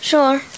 Sure